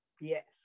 yes